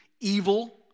evil